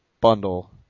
bundle